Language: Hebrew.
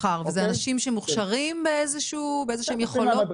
אלו אנשים שמוכשרים באילו שהן יכולות?